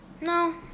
No